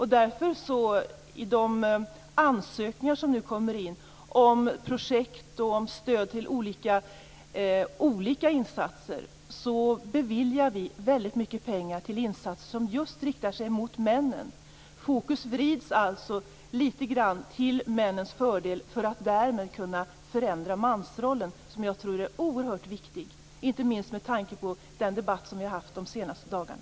I de ansökningar som nu kommer in om projekt och om stöd för olika insatser beviljar vi därför väldigt mycket pengar till insatser som just riktar sig till männen. Fokus vrids alltså lite grann till männens fördel för att vi därmed skall kunna förändra mansrollen. Det tror jag är oerhört viktigt, inte minst med tanke på den debatt som vi har haft de senaste dagarna.